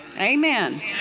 Amen